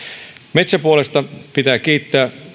metsäpuolella pitää kiittää